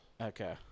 Okay